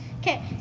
Okay